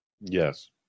Yes